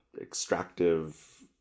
extractive